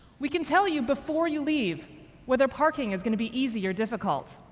we can tell you before you leave whether parking is going to be easy or difficult,